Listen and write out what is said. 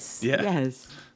Yes